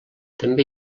també